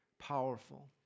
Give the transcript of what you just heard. powerful